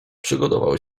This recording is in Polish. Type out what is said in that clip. przygotował